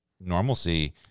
normalcy